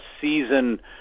season